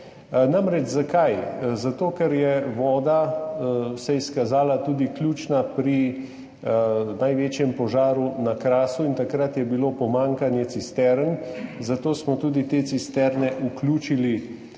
litrov. Zakaj? Zato ker se je voda izkazala kot ključna pri največjem požaru na Krasu. Takrat je bilo pomanjkanje cistern, zato smo tudi te cisterne vključili v to